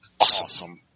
awesome